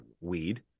weed